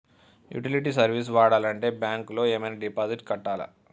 Utility service వాడాలంటే bank లో ఏమైనా డిపాజిట్ కట్టాలా?